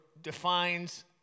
defines